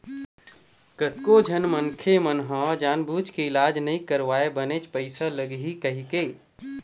कतको झन मनखे मन ह जानबूझ के इलाज नइ करवाय बनेच पइसा लगही कहिके